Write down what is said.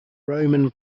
roman